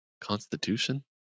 Constitution